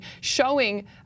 showing